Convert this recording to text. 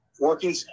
working